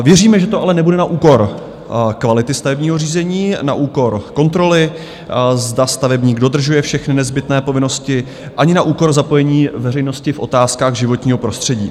Věříme, že to ale nebude na úkor kvality stavebního řízení, na úkor kontroly, zda stavebník dodržuje všechny nezbytné povinnosti, ani na úkor zapojení veřejnosti v otázkách životního prostředí.